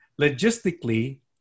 logistically